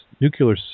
nuclear